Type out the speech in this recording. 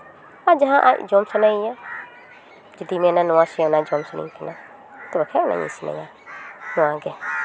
ᱟᱨ ᱡᱟᱦᱟᱸ ᱟᱡ ᱡᱚᱢ ᱥᱟᱱᱟᱭᱮᱭᱟ ᱡᱩᱫᱤ ᱢᱮᱱᱟ ᱱᱚᱣᱟ ᱥᱮ ᱚᱱᱟ ᱡᱚᱢ ᱥᱟᱱᱟᱧ ᱠᱟᱱᱟ ᱛᱚᱵᱮ ᱚᱱᱟᱧ ᱤᱥᱤᱱ ᱟᱭᱟ ᱱᱚᱣᱟᱜᱮ